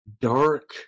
dark